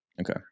Okay